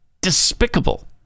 Despicable